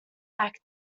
back